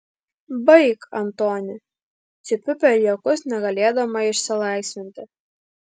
baik antoni cypiu per juokus negalėdama išsilaisvinti